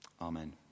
Amen